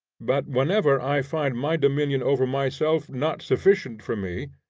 but whenever i find my dominion over myself not sufficient for me,